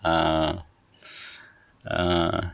ah ah